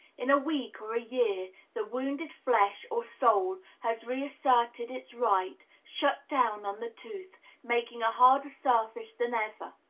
in a week, or a year, the wounded flesh, or soul, has reasserted its right, shut down on the tooth, making a harder surface than ever,